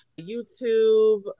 YouTube